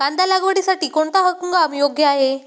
कांदा लागवडीसाठी कोणता हंगाम योग्य आहे?